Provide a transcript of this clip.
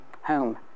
Home